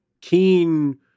keen